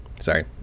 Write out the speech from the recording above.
sorry